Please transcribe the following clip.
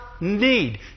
need